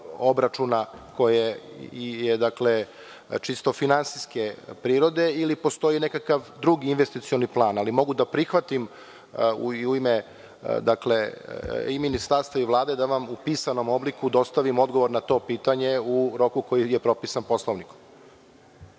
obračuna koje je čisto finansijske prirode ili postoji nekakav drugi investicioni plan, ali mogu da prihvatim u ime i ministarstva i Vlade da vam u pisanom obliku dostavim odgovor na to pitanje u roku koji je propisan Poslovnikom.